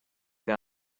got